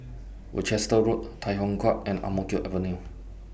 Worcester Road Tai Hwan Drive and Ang Mo Kio Avenue